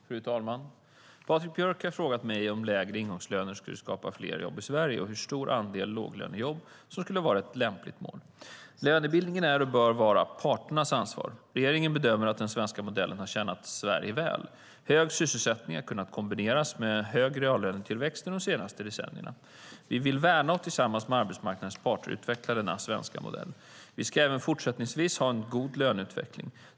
Fru talman! Patrik Björck har frågat mig om lägre ingångslöner skulle skapa fler jobb i Sverige och hur stor andel låglönejobb som skulle vara ett lämpligt mål. Lönebildningen är och bör vara parternas ansvar. Regeringen bedömer att den svenska modellen har tjänat Sverige väl. Hög sysselsättning har kunnat kombineras med en hög reallönetillväxt de senaste decennierna. Vi vill värna och tillsammans med arbetsmarknadens parter utveckla den svenska modellen. Vi ska även fortsättningsvis ha en god löneutveckling.